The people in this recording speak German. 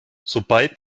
sobald